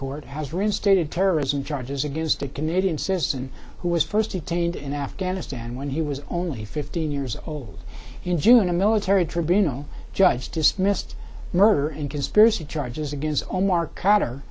court has reinstated terrorism charges against a canadian citizen who was first detained in afghanistan when he was only fifteen years old in june a military tribunal judge dismissed murder and conspiracy charges against omar c